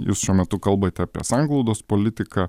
jūs šiuo metu kalbate apie sanglaudos politiką